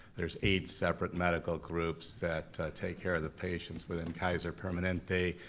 there's eight separate medical groups that take care of the patients within kaiser permanente,